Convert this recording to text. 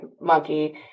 monkey